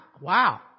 wow